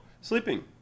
sleeping